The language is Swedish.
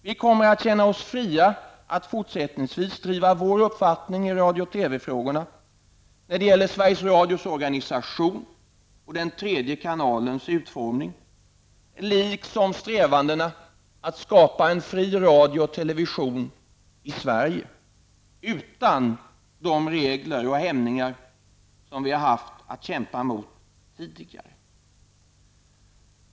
Vi kommer att känna oss fria att fortsättningsvis driva vår uppfattning i radio och TV-frågorna, när det gäller Sveriges Radios organisation och den tredje kanalens utformning liksom strävandena att skapa en fri radio och television i Sverige utan de regler och hämningar som vi har haft att kämpa mot tidigare.